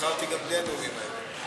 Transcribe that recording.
ונבחרתי גם בלי הנאומים האלה.